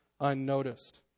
unnoticed